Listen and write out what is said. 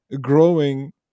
growing